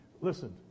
listen